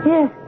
Yes